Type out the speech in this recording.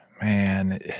Man